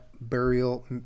burial